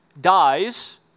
dies